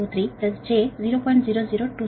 0123 j0